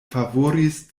favoris